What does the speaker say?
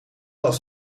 als